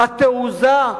התעוזה,